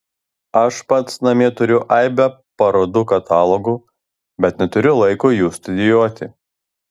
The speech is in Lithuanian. aš pats namie turiu aibę parodų katalogų bet neturiu laiko jų studijuoti